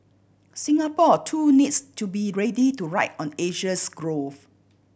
Singapore too needs to be ready to ride on Asia's growth